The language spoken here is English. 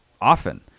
often